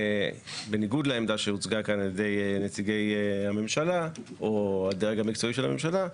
בניגוד לעמדה שהוצגה כאן על ידי נציגי הממשלה או הדרג המקצועי של הממשלה.